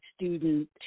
student